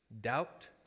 doubt